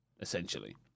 essentially